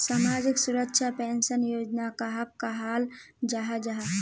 सामाजिक सुरक्षा पेंशन योजना कहाक कहाल जाहा जाहा?